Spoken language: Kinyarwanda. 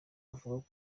avuga